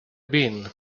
been